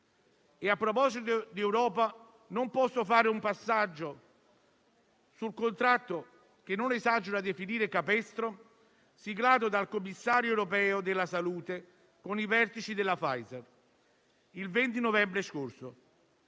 A proposito di Europa, non posso non fare un passaggio sul contratto - che non esagero a definire capestro - siglato dal commissario europeo della salute con i vertici della Pfizer il 20 novembre scorso,